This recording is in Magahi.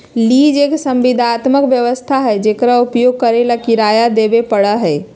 लीज एक संविदात्मक व्यवस्था हई जेकरा उपयोग करे ला किराया देवे पड़ा हई